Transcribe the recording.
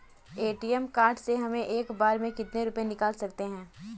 ATM card से हम एक बार में कितने रुपये निकाल सकते हैं?